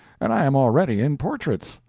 and i am already in portraits!